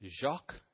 Jacques